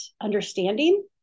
understanding